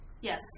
Yes